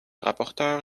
rapporteur